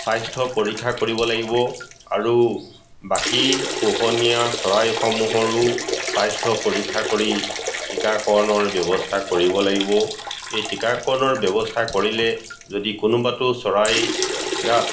স্বাস্থ্য পৰীক্ষা কৰিব লাগিব আৰু বাকী পোহনীয়া চৰাইসমূহৰো স্বাস্থ্য পৰীক্ষা কৰি টিকাকৰণৰ ব্যৱস্থা কৰিব লাগিব এই টিকাকৰণৰ ব্যৱস্থা কৰিলে যদি কোনোবাটো চৰাইৰ গাত